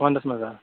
وَنٛدس منٛز آ